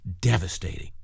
devastating